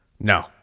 No